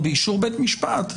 או באישור בית משפט.